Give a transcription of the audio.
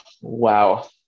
wow